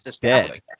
dead